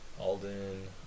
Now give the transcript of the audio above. alden